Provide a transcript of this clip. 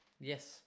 Yes